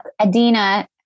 adina